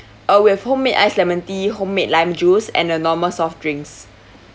uh we have homemade ice lemon tea homemade lime juice and the normal soft drinks